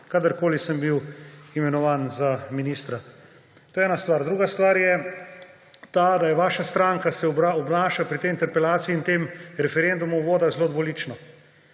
kadarkoli sem bil imenovan za ministra. To je ena stvar. Druga stvar je ta, da se vaša stranka obnaša pri tej interpelaciji in tem referendumu o vodah zelo dvolično.